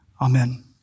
Amen